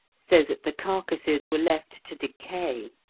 so that the carcases were left to decay.